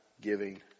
giving